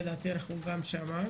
לדעתי אנחנו גם שמה,